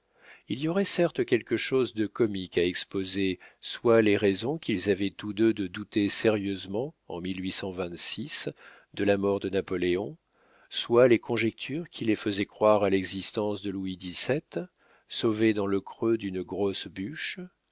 il y aurait certes quelque chose de comique à exposer soit les raisons qu'ils avaient tous deux de douter sérieusement en de la mort de napoléon soit les conjectures qui les faisaient croire à l'existence de louis xvii sauvé dans le creux d'une grosse bûche